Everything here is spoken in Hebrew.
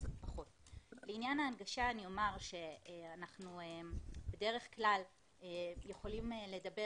בעניין ההנגשה אני אומר שאנחנו בדרך כלל יכולים לדבר